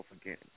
again